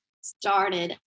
started